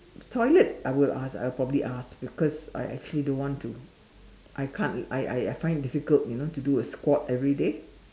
toilet I will ask I will probably ask because I actually don't want to I can't I I find it difficult you know to do a squat everyday